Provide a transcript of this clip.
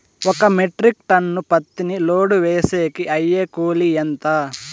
ఒక metric ton పత్తిని load వేసేకి అయ్యే కూలి ఎంత?